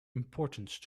importance